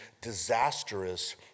disastrous